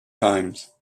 times